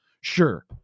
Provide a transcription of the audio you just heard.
Sure